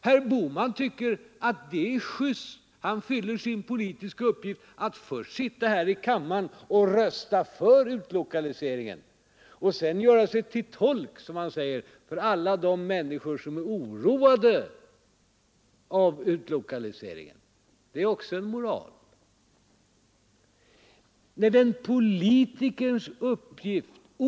Herr Bohman tycker att det är just — han fyller då sin politiska uppgift — att först sitta här i kammaren och rösta för utlokaliseringen och sedan göra sig till tolk, som han säger, för alla de människor som är oroade av utlokaliseringen. Det är också en moral. Nej, en politikers uppgift är något annat.